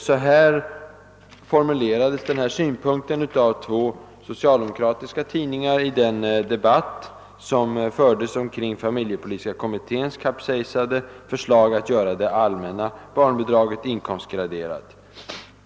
Så här formulerades denna synpunkt av två socialdemokratiska tidningar i den debatt som fördes kring familjepolitiska kommitténs kapsejsade förslag att göra det allmänna barnbidraget inkomstgraderat.